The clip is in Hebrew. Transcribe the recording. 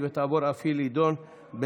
התשפ"ב 2021,